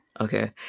okay